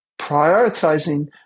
prioritizing